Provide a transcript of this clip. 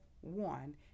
one